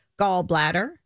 gallbladder